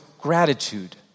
gratitude